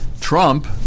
Trump